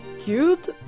Cute